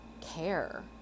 care